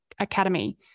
Academy